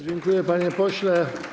Dziękuję, panie pośle.